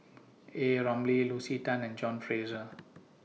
A Ramli Lucy Tan and John Fraser